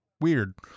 weird